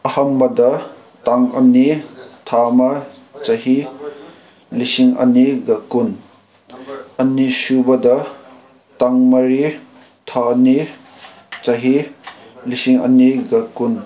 ꯑꯍꯥꯟꯕꯗ ꯇꯥꯡ ꯑꯅꯤ ꯊꯥ ꯑꯃ ꯆꯍꯤ ꯂꯤꯁꯤꯡ ꯑꯅꯤꯒ ꯀꯨꯟ ꯑꯅꯤꯁꯨꯕꯗ ꯇꯥꯡ ꯃꯔꯤ ꯊꯥ ꯑꯅꯤ ꯆꯍꯤ ꯂꯤꯁꯤꯡ ꯑꯅꯤꯒ ꯀꯨꯟ